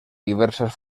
diversas